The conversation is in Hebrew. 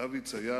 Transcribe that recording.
רביץ היה